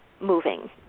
moving